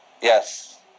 Yes